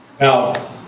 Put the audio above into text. now